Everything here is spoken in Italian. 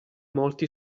molti